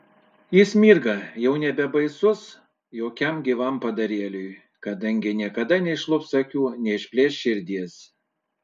jis mirga jau nebebaisus jokiam gyvam padarėliui kadangi niekada neišlups akių neišplėš širdies